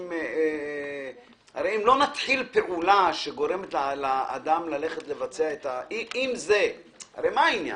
הרי אם לא נתחיל פעולה שגורמת לאדם לבצע הרי יש לנו